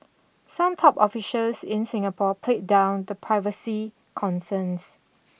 some top officials in Singapore played down the privacy concerns